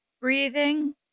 breathing